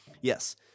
yes